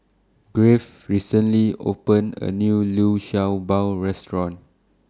Graves recently opened A New Liu Sha Bao Restaurant